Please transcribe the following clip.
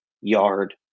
yard